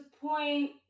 point